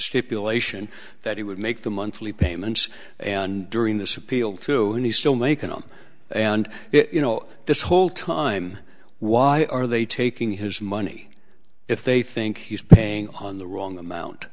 stipulation that he would make the monthly payments and during this appeal to him he still make an on and you know this whole time why are they taking his money if they think he's paying on the wrong amount